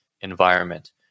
environment